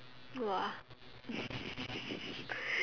!wah!